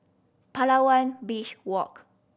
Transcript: Palawan Beach Walk